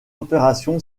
opération